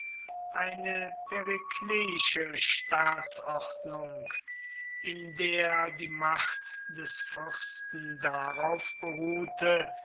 eine perikleische staatsordnung in der die macht des fürsten darauf beruhte